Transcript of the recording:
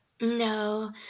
No